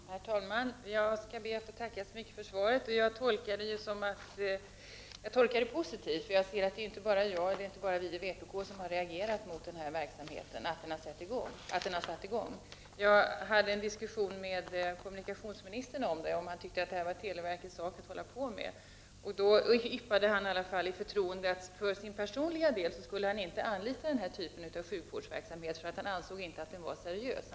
Herr talman! Jag skall be att få tacka så mycket för svaret som jag tolkar som positivt, eftersom det inte bara är vi från vpk som har reagerat mot att denna verksamhet har satts i gång. Jag hade en diskussion med kommunikationsministern om denna verksamhet, och jag frågade honom om han ansåg att det var televerkets uppgift att ägna sig åt detta. Då yppade han i förtroende att han för sin personliga del inte skulle anlita denna typ av sjukvårdsverksamhet, eftersom han ansåg att den inte var seriös.